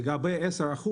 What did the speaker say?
לגבי 10%,